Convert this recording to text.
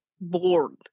bored